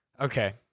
Okay